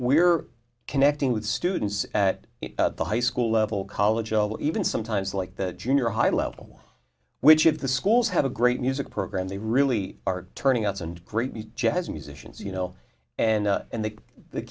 we're connecting with students at the high school level college although even sometimes like the junior high level which of the schools have a great music program they really are turning out and great jazz musicians you know and and they the